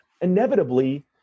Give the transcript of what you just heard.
inevitably